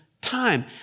time